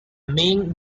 ming